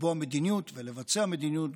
לקבוע מדיניות ולבצע מדיניות,